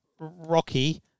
Rocky